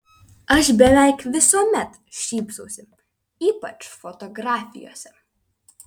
aš beveik visuomet šypsausi ypač fotografijose